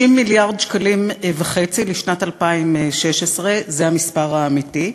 60.5 מיליארד שקלים לשנת 2016, זה המספר האמיתי.